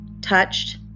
touched